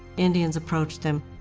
indians approached them,